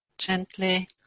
Gently